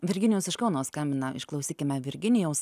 virginijaus iš kauno skambina išklausykime virginijaus